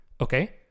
Okay